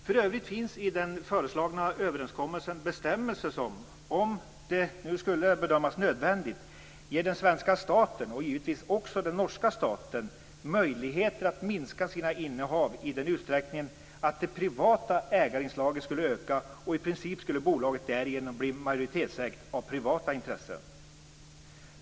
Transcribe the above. För övrigt finns i den föreslagna överenskommelsen bestämmelser som, om det nu skulle bedömas nödvändigt, ger den svenska staten, och givetvis också den norska staten, möjligheter att minska sina innehav i den utsträckningen att det privata ägarinslaget skulle öka. I princip skulle bolaget därigenom bli majoritetsägt av privata intressen.